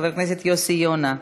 חבר הכנסת יוסי יונה,